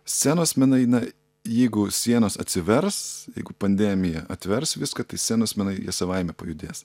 scenos menai na jeigu sienos atsivers jeigu pandemija atvers viską tai scenos menai jie savaime pajudės